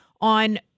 on